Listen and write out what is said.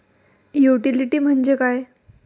Utility म्हणजे काय?